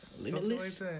Limitless